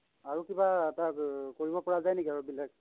আৰু কিবা তাৰ কৰিব পৰা যায় নেকি আৰু বেলেগ